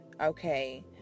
okay